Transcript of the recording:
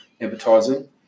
advertising